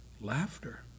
Laughter